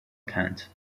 kant